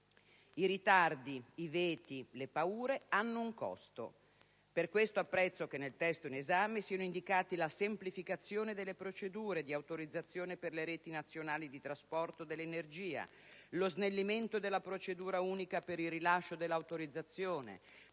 I ritardi, i veti, le paure hanno un costo. Per questo apprezzo che nel testo in esame siano indicati la semplificazione delle procedure di autorizzazione per le reti nazionali di trasporto dell'energia, lo snellimento della procedura unica per il rilascio dell'autorizzazione